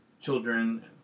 children